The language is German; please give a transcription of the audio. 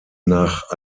nach